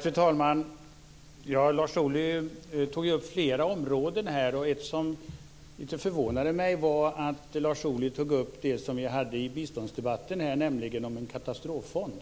Fru talman! Lars Ohly tog upp flera områden. Ett som förvånade mig var något vi hade uppe i biståndsdebatten, nämligen det här med en katastroffond.